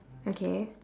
okay